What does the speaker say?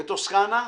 בטוסקנה,